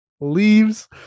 leaves